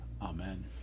Amen